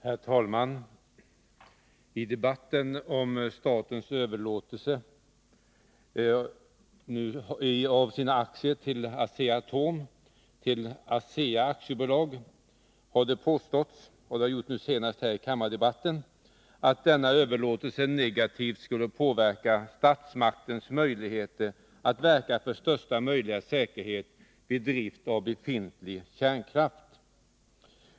Herr talman! I debatten om statens överlåtelse av sina aktier i AB Asea-Atom till ASEA AB har det påståtts — senast här i kammardebatten — att denna överlåtelse negativt skulle påverka statsmaktens möjligheter att verka för största möjliga säkerhet vid drift av befintlig kärnkraft.